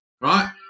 right